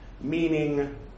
meaning